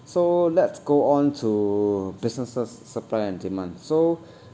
so let's go on to businesses supply and demand so